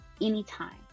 anytime